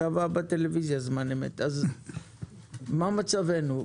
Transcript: מה מצבנו?